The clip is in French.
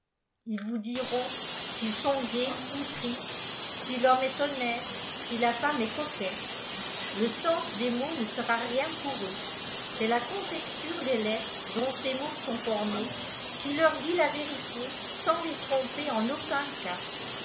ils vous diront sïls sont gais ou tristes si l'homme est honnête si la femme est coquette le sens des mots ne sera rien pdur eux c'est la contexture des lettre dont ces mots sont formés qui leur dit la vérité sans les tromper ea aucun cas